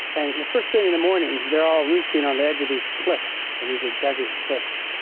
and first thing in the morning they are all roosting on the edge of these cliffs, and these are desert cliffs,